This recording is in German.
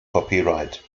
copyright